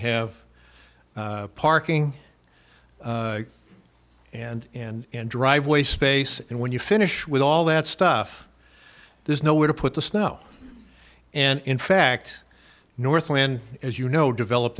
have parking and and driveway space and when you finish with all that stuff there's nowhere to put the snow and in fact northland as you know develop